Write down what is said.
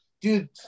dude